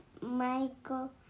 Michael